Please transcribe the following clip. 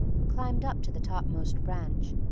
who climbed up to the topmost branch,